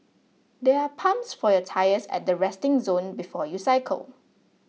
there are pumps for your tyres at the resting zone before you cycle